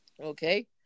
Okay